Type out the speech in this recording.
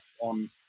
on